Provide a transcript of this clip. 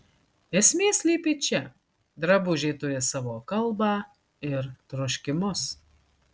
esmė slypi čia drabužiai turi savo kalbą ir troškimus